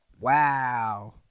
wow